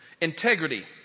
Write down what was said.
Integrity